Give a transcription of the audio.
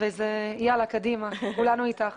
ויאללה, קדימה, כולנו איתך.